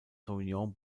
sauvignon